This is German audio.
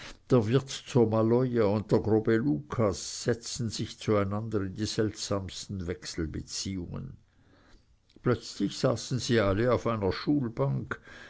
zur maloja und der grobe lucas setzten sich zueinander in die seltsamsten wechselbeziehungen plötzlich saßen sie alle auf einer schulbank